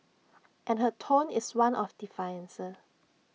and her tone is one of defiance